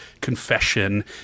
confession